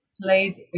played